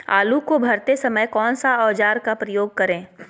आलू को भरते समय कौन सा औजार का प्रयोग करें?